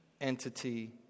entity